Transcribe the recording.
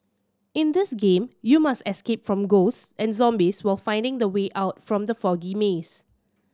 in this game you must escape from ghosts and zombies while finding the way out from the foggy maze